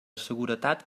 seguretat